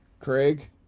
Craig